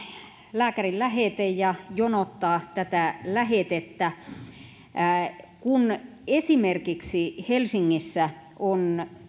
lääkärin lähete ja jonottaa tätä lähetettä esimerkiksi helsingissä on